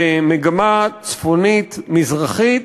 במגמה צפונית-מזרחית,